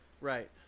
Right